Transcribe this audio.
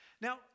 Now